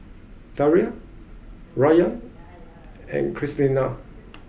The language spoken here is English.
Dalia Rayan and Krystina